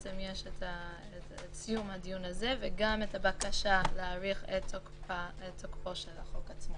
יש סיום הדיון הזה וגם הבקשה להאריך את תוקף החוק עצמו.